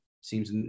seems